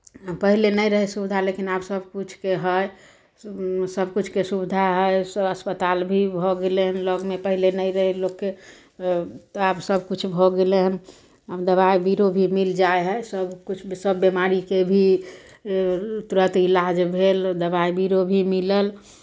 पहिले नहि रहै सुविधा लेकिन आब सभकिछुके हइ स् सभकिछुके सुविधा हइ स्वा अस्पताल भी भऽ गेलै हइ लगमे पहिले नहि रहय लोकके तऽ आब सभकिछु भऽ गेलै हन आब दबाइ बीरो भी मिल जाइ हइ सभकिछु सभ बिमारीके भी तुरन्त इलाज भेल दबाइ बीरो भी मिलल